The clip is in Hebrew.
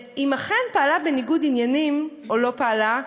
אם אכן היא פעלה בניגוד עניינים או לא פעלה,